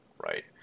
right